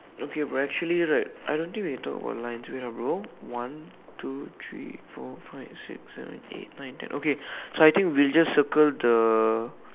okay but actually right I don't think we talk about line two in row one two three four five six seven eight nine ten okay so I think we just circle the